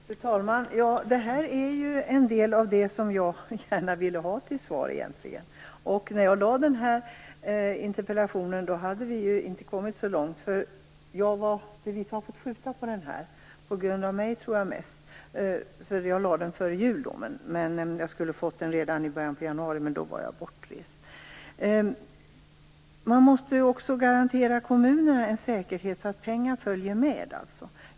Fru talman! Detta var ju en del av det som jag gärna ville ha till svar. När jag framställde min interpellation hade man inte kommit så långt. Vi har ju fått skjuta upp interpellationsdebatten, mest på grund av mig, tror jag. Jag framställde interpellationen före jul och skulle ha fått den besvarad redan i januari, men då var jag bortrest. Kommunerna måste garanteras att pengar så att säga följer med.